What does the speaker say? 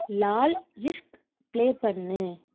Lal Ishq play பண்ணு